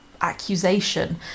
accusation